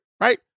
right